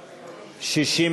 אטומית, לשנת הכספים 2018, נתקבל.